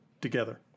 together